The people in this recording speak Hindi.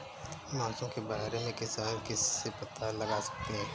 मौसम के बारे में किसान किससे पता लगा सकते हैं?